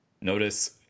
Notice